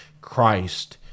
Christ